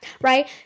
right